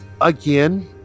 Again